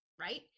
right